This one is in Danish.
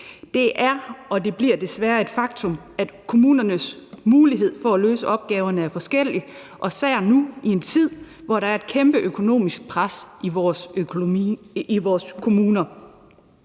Det er og bliver desværre et faktum, at kommunernes muligheder for at løse opgaverne er forskellige, især nu i en tid, hvor der er et kæmpe økonomisk pres i vores kommuner.